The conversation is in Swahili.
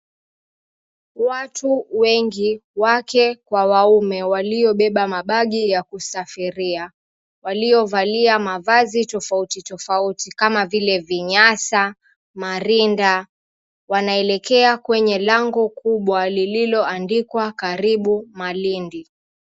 Watu wengi, wake kwa waume waliobeba mabagi ya kusafiria. Waliovalia mavazi tofauti tofauti kama vile vinyasa, marinda. Wanaelekea kwenye lango kubwa lililoandikwa, Karibu Malindi.